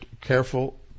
careful